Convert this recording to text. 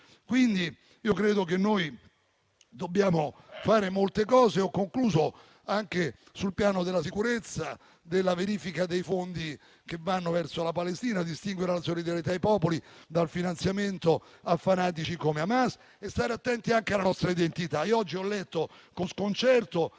colore. Credo che dobbiamo fare molte cose - ho concluso - anche sul piano della sicurezza e della verifica dei fondi che vanno verso la Palestina, distinguendo la solidarietà ai popoli dal finanziamento a fanatici come Hamas. Dobbiamo anche stare attenti alla nostra identità. Oggi ho letto con sconcerto